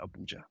Abuja